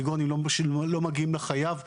כגון שלא מגיעים לחייב וכו'.